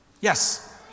Yes